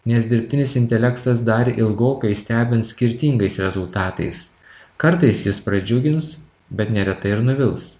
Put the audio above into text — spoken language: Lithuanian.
nes dirbtinis intelektas dar ilgokai stebins skirtingais rezultatais kartais jis pradžiugins bet neretai ir nuvils